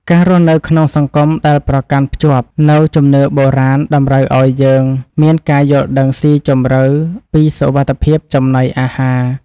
ការរស់នៅក្នុងសង្គមដែលប្រកាន់ភ្ជាប់នូវជំនឿបុរាណតម្រូវឱ្យយើងមានការយល់ដឹងស៊ីជម្រៅពីសុវត្ថិភាពចំណីអាហារ។